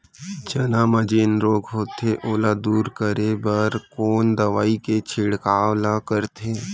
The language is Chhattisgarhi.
चना म जेन रोग होथे ओला दूर करे बर कोन दवई के छिड़काव ल करथे?